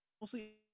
mostly